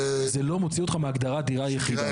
זה לא מוציא אותך מהגדרת דירה יחידה.